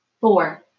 Four